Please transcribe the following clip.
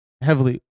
heavily